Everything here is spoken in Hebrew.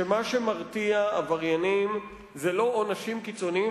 שמה שמרתיע עבריינים זה לא עונשים קיצוניים